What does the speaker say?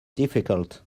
difficult